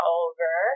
over